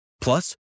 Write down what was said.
Plus